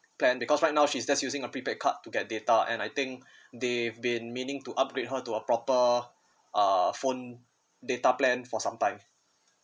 plan because right now she's just using a prepaid card to get data and I think they have been meaning to upgrade her to a proper uh phone data plan for sometimes